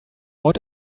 what